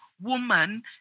woman